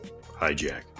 hijack